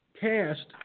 cast